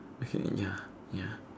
okay ya